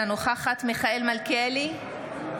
אינה נוכחת מיכאל מלכיאלי,